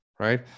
right